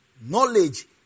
Knowledge